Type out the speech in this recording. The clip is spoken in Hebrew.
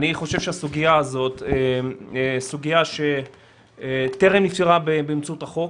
אני חושב שהסוגיה הזאת היא סוגיה שטרם נפתרה באמצעות החוק.